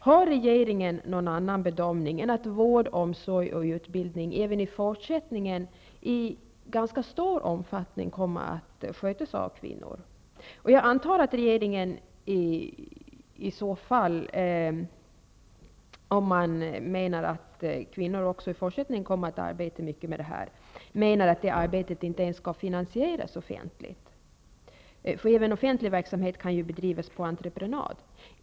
Har regeringen någon annan bedömning än att vård, omsorg och utbildning även i fortsättningen i ganska stor omfattning kommer att skötas av kvinnor? Jag antar att regeringen, om man tror att kvinnor även i fortsättningen kommer att arbete mycket med detta, menar att det arbetet inte skall finansieras offentligt. Även offentlig verksamhet kan ju bedrivas på entreprenad.